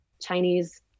Chinese